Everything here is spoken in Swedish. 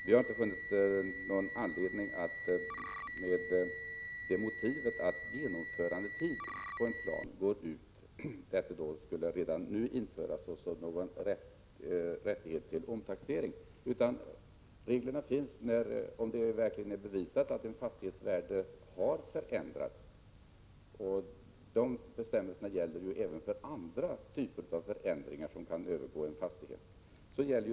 Vi har inte funnit någon anledning att med motiveringen att genomförandetiden för en byggplan gått ut redan nu införa en rätt till omtaxering. Reglerna säger att man har rätt till omtaxering, om det verkligen är bevisat att en fastighets värde har förändrats. De bestämmelserna gäller även för andra slags förändringar som kan ske i fråga om en fastighet.